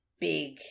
big